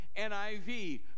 NIV